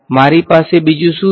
મારી પાસે બીજું શું છે